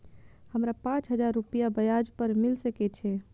हमरा पाँच हजार रुपया ब्याज पर मिल सके छे?